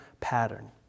pattern